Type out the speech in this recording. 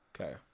Okay